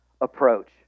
approach